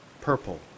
purple